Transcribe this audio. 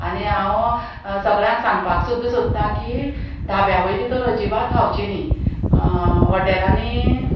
आनी हांव सगळ्यांक सांगपाक सुद्दां सोदतां की धाब्या वयली तर अजिबात खावची न्ही हॉटेलांनी